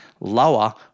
lower